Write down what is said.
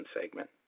segment